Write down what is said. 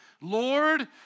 Lord